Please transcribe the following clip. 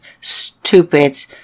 stupid